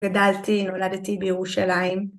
גדלתי, נולדתי בירושלים.